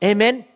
Amen